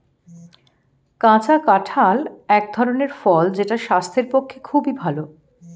কাঁচা কাঁঠাল এক ধরনের ফল যেটা স্বাস্থ্যের পক্ষে খুবই ভালো